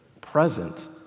present